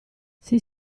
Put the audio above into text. sei